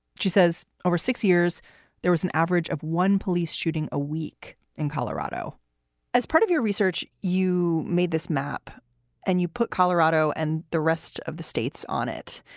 she says over six years there was an average of one police shooting a week in colorado as part of your research you made this map and you put colorado and the rest of the states on it.